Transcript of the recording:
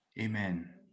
Amen